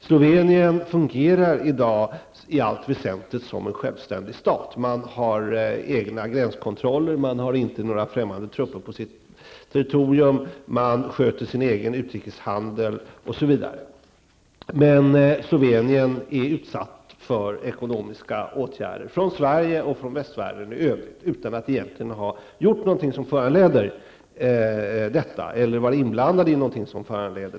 Slovenien fungerar i dag i allt väsentligt som en självständig stat. Slovenien har egna gränskontroller, inga främmande trupper på sitt territorium, sköter sin egen utrikeshandel osv. Men Slovenien är utsatt för ekonomiska åtgärder från Sverige och västvärlden i övrigt utan att egentligen ha gjort någonting som föranleder detta eller har varit inblandat i någonting sådant.